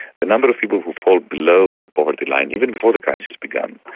the number of people who fall below the poverty line, even before the crisis began,